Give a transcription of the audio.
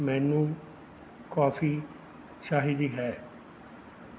ਮੈਨੂੰ ਕੌਫੀ ਚਾਹੀਦੀ ਹੈ